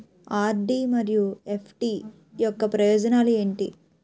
RD మరియు FD యొక్క ప్రయోజనాలు ఏంటి?